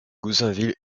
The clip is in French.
goussainville